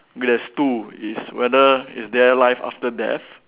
there's two is whether is there life after death